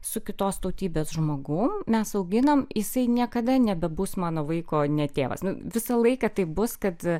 su kitos tautybės žmogum mes auginam jisai niekada nebebus mano vaiko ne tėvas nu visą laiką taip bus kad